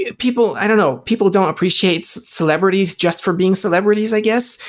ah people i don't know, people don't appreciate celebrities just for being celebrities i guess.